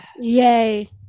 Yay